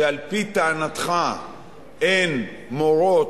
שעל-פי טענתך הן מורות,